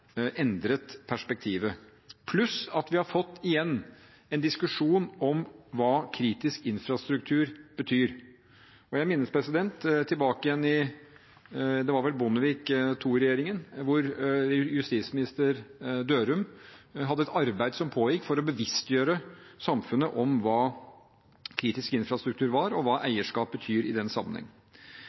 fått en diskusjon om hva kritisk infrastruktur betyr. Jeg minnes tilbake til Bondevik II-regjeringen – var det vel – hvor justisminister Dørum arbeidet med å bevisstgjøre samfunnet om hva kritisk infrastruktur var, og hva eierskap betydde i den sammenheng.